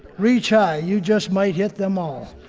reach high. you just might hit them all.